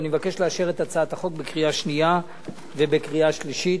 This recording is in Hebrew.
ואני מבקש לאשר את הצעת החוק בקריאה השנייה ובקריאה השלישית.